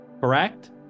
correct